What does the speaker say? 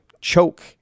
choke